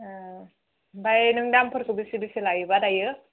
ए ओमफ्राय नों दामफोरखौ बेसे बेसे लायोबा दायो